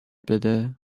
بده